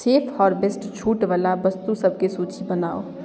safe harvest छूटवला वस्तुसबके सूची बनाउ